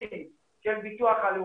עשרות מקרים של חיילים בודדים.